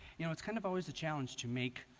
you know it's kind of always a challenge to make